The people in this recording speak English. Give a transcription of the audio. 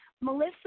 Melissa